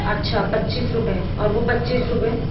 اچھا پچیس روپئے اور وہ پچیس روپئے